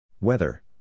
Weather